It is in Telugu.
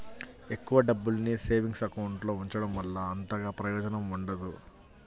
ఎక్కువ డబ్బుల్ని సేవింగ్స్ అకౌంట్ లో ఉంచడం వల్ల అంతగా ప్రయోజనం ఉండదు